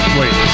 wait